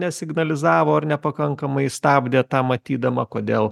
nesignalizavo ar nepakankamai stabdė tą matydama kodėl